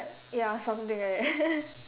ya something like that